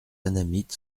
annamite